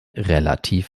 relativ